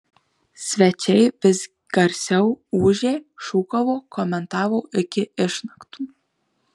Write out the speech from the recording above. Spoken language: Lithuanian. svečiai vis garsiau ūžė šūkavo komentavo iki išnaktų